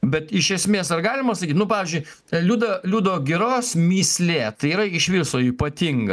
bet iš esmės ar galima sakyt nu pavyzdžiui liuda liudo giros mįslė tai yra iš viso ypatinga